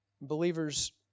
Believers